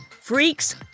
freaks